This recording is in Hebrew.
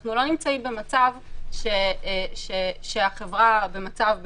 אנחנו לא נמצאים במצב שהחברה במצב מצוין,